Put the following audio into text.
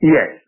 Yes